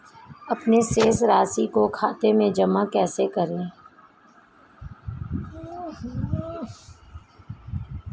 अपने शेष राशि को खाते में जमा कैसे करें?